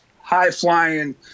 high-flying